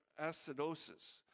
acidosis